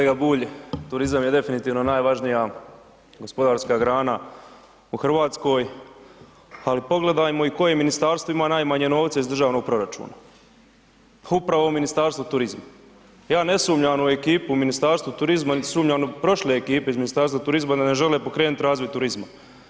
Kolega Bulj, turizam je definitivno najvažnija gospodarska grana u Hrvatskoj, ali pogledajmo i koje ministarstvo ima najmanje novca iz državnog proračuna, upravo Ministarstvo turizma, ja ne sumnjam u ekipu u Ministarstvu turizma, niti sumnjam u prošle ekipe iz Ministarstva turizma da ne žele pokrenut razvoj turizma.